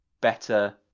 better